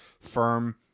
firm